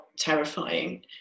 terrifying